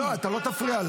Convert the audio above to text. לא, לא אתה לא תפריע לה.